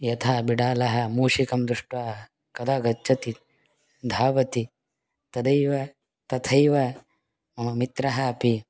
यथा बिडालः मूषकं दृष्ट्वा कदा गच्छति धावति तदैव तथैव मम मित्रः अपि